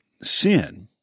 sin